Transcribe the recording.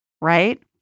right